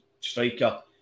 striker